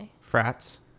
Frats